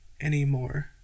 anymore